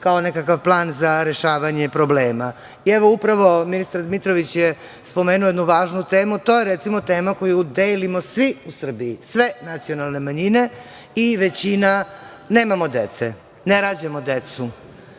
kao nekakav plan za rešavanje problema. Upravo je ministar Dmitrović je spomenuo jednu važnu temu, to je, recimo, tema koju delimo svi u Srbiji, sve nacionalne manjine i većina - nemamo dece, ne rađamo decu.